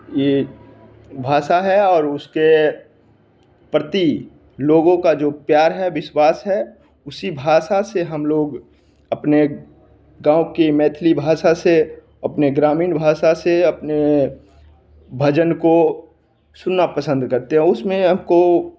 ये भाषा है और उसके प्रति लोगों का जो प्यार है विश्वास है उसी भाषा से हम लोग अपने गाँव के मैथिली भाषा से अपने ग्रामीण भाषा से अपने भजन को सुनना पसंद करते हैं उसमें हमको